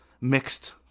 mixed